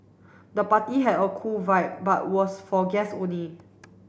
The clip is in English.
the party had a cool vibe but was for guests only